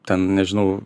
ten nežinau